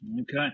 Okay